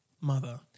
mother